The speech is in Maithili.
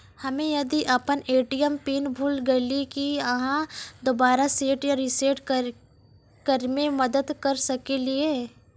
हम्मे यदि अपन ए.टी.एम पिन भूल गलियै, की आहाँ दोबारा सेट या रिसेट करैमे मदद करऽ सकलियै?